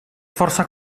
força